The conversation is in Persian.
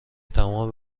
تمام